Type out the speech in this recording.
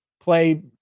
play